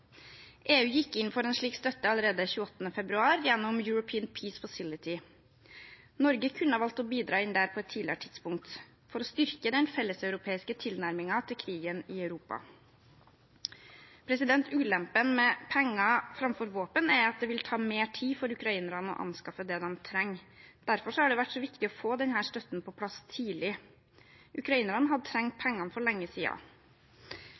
EU gikk inn for en slik støtte allerede 28. februar gjennom European Peace Facility. Norge kunne ha valgt å bidra inn der på et tidligere tidspunkt for å styrke den felles europeiske tilnærmingen til krigen i Europa. Ulempen med penger framfor våpen er at det vil ta mer tid for ukrainerne å anskaffe det de trenger. Derfor har det vært så viktig å få denne støtten på plass tidlig. Ukrainerne hadde trengt pengene for lenge